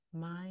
mind